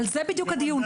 על זה בדיוק הדיון.